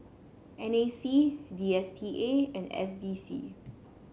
N A C D S T A and S D C